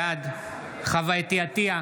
בעד חוה אתי עטייה,